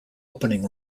opening